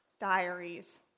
diaries